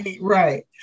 right